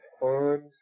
funds